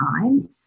time